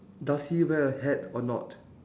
does he wear a hat or not